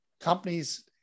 companies